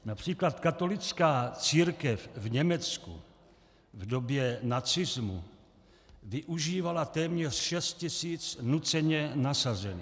Například katolická církev v Německu v době nacismu využívala téměř 6 tisíc nuceně nasazených.